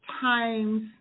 times